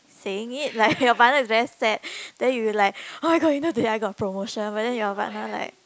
saying it like your mother is very sad then you like oh-my-god you know today I got promotion but then your mother like